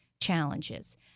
challenges